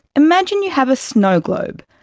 imagine you have a snow globe.